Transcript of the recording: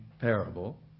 parable